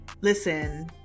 listen